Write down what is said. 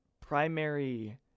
primary